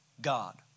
God